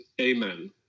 Amen